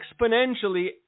exponentially